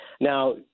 Now